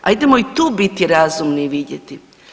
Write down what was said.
Ajdemo i tu biti razumni i vidjeti.